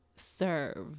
serve